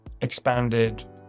expanded